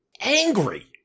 angry